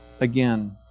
again